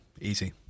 Easy